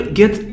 get